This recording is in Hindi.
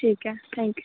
ठीक है थैंक यू